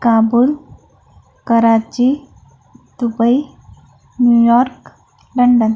Kabul Karachi Dubai New York London